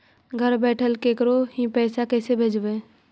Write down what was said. घर बैठल केकरो ही पैसा कैसे भेजबइ?